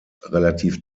relativ